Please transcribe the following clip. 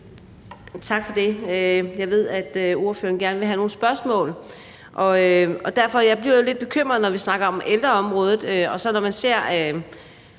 Tak for det. Jeg ved, at ordføreren gerne vil have nogle spørgsmål, og derfor: Jeg bliver lidt bekymret, når vi snakker om ældreområdet og man så ser,